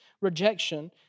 rejection